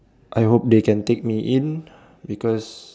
I hope they can take me in because